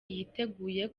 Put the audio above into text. yiteguye